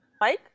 Mike